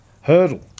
hurdle